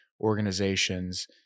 organizations